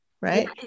right